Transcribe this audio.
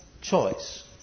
choice